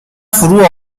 فرو